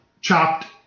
chopped